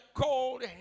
cold